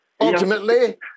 Ultimately